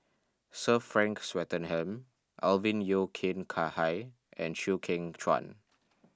Sir Frank Swettenham Alvin Yeo Khirn Hai and Chew Kheng Chuan